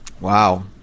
Wow